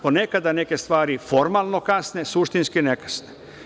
Ponekada neke stvari formalno kasne, suštinske ne kasne.